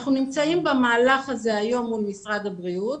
אנחנו נמצאים במהלך הזה היום מול משרד הבריאות,